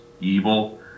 evil